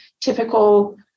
typical